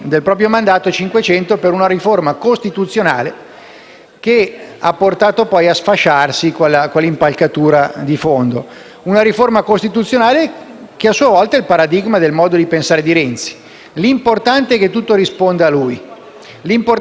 che ha portato a sfasciarsi quella impalcatura di fondo. Una riforma costituzionale che, a sua volta, è il paradigma del modo di pensare di Renzi: l'importante è che tutto risponda a lui, l'importante era costruire un sistema nel quale l'annuncio